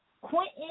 Quentin